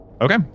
Okay